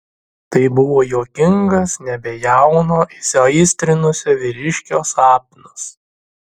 tai buvo juokingas nebejauno įsiaistrinusio vyriškio sapnas